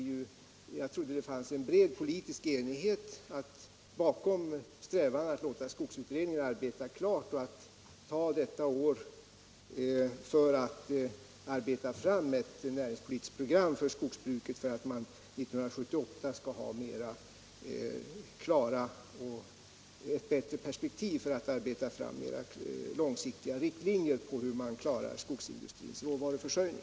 Jag trodde det fanns en bred politisk enighet bakom strävandena att låta skogsutredningen arbeta färdigt och att använda detta år till att försöka arbeta fram ett näringspolitiskt program för skogsbruket, så att vi 1978 skall ha ett bättre underlag för att arbeta fram mera långsiktiga riktlinjer för hur man skall klara skogsindustrins råvaruförsörjning.